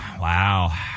Wow